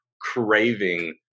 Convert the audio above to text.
craving